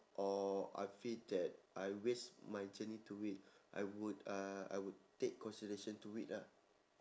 or I feel that I waste my journey to it I would uh I would take consideration to it lah